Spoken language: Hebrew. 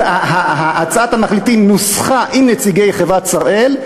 הצעת המחליטים נוסחה עם נציגי חברת "שראל",